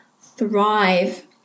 thrive